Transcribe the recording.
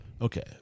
Okay